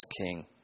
king